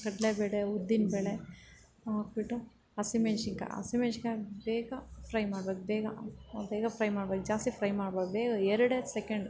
ಕಡಲೇಬೇಳೆ ಉದ್ದಿನ ಬೇಳೆ ಹಾಕಿಬಿಟ್ಟು ಹಸಿಮೆಣ್ಸಿನ್ಕಾಯಿ ಹಸಿಮೆಣ್ಸಿನ್ಕಾಯಿ ಬೇಗ ಫ್ರೈ ಮಾಡ್ಬೇಕು ಬೇಗ ಬೇಗ ಫ್ರೈ ಮಾಡ್ಬೇಕು ಜಾಸ್ತಿ ಫ್ರೈ ಮಾಡ್ಬಾರ್ದು ಬೇಗ ಎರಡೇ ಸೆಕೆಂಡ್